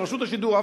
של רשות השידור,